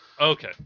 Okay